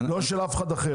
לא של אף אחד אחר.